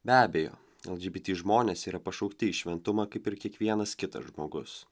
be abejo lgbt žmonės yra pašaukti į šventumą kaip ir kiekvienas kitas žmogus